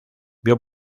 vio